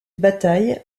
bataille